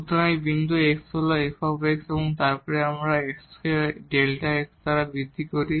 সুতরাং এই বিন্দু x হল f এবং তারপর আমরা x কে Δ x দ্বারা বৃদ্ধি করি